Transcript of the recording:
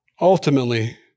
ultimately